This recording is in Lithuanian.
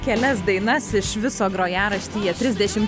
kelias dainas iš viso grojaraštyje trisdešim